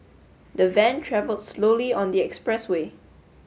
the van travelled slowly on the expressway